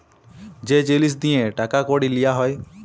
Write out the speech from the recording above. যে জিলিস দিঁয়ে টাকা কড়ি লিয়া হ্যয়